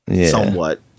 somewhat